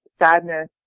Sadness